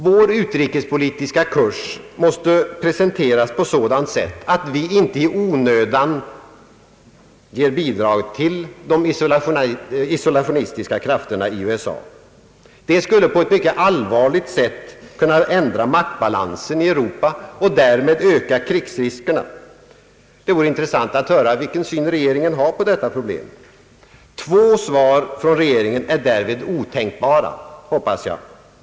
Vår utrikespolitiska kurs måste presenteras på sådant sätt att vi inte i onödan ger bidrag till de isolationistiska krafterna i USA. Det skulle på ett mycket allvarligt sätt kunna ändra maktbalansen i Europa och därmed öka krigsriskerna. Det vore intressant att höra vilken syn regeringen har på detta problem. Två svar från regeringen är därvid otänkbara, hoppas jag.